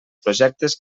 projectes